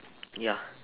ya